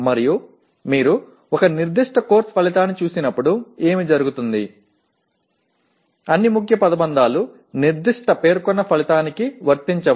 మరియు మీరు ఒక నిర్దిష్ట కోర్సు ఫలితాన్ని చూసినప్పుడు ఏమి జరుగుతుంది అన్ని ముఖ్య పదబంధాలు నిర్దిష్ట పేర్కొన్న ఫలితానికి వర్తించవు